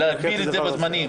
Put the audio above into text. להגביל את הזמן.